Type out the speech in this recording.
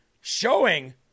showing